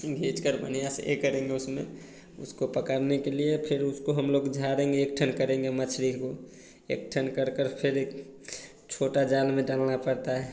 घीचकर बन्हिया से ए करेंगे उसमें उसको पकड़ने के लिए फ़िर उसको हम लोग झारेंगे एक ठन करेंगे मछली को एक ठन करकर फ़िर एक छोटा जाल में डालना पड़ता है